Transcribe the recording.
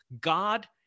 God